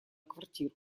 квартиру